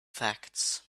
facts